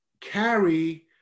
carry